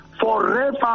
forever